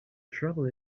trouble